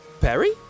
Perry